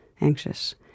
anxious